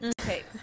Okay